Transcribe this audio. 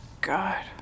God